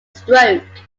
stroke